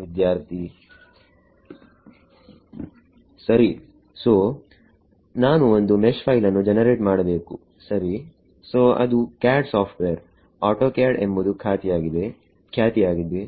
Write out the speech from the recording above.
ವಿದ್ಯಾರ್ಥಿ ಸರಿ ಸೋನಾನು ಒಂದು ಮೆಶ್ ಫೈಲ್ ನ್ನು ಜನರೇಟ್ ಮಾಡಬೇಕು ಸರಿ ಸೋಅದು CAD ಸಾಫ್ಟ್ವೇರ್ autoCAD ಎಂಬುದು ಖ್ಯಾತಿಯಾಗಿದೆ